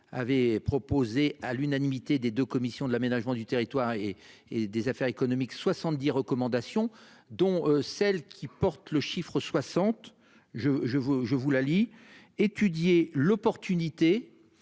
avait proposé à l'unanimité des de commission de l'aménagement du territoire et des affaires économiques 70 recommandations dont celle qui porte le chiffre 60 je je vous je vous la lis étudier l'opportunité.